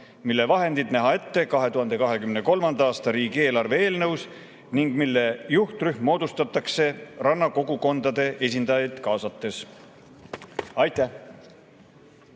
mille vahendid nähtaks ette 2023. aasta riigieelarve eelnõus ning mille juhtrühm moodustataks rannakogukondade esindajaid kaasates. Aitäh!